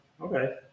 Okay